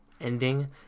ending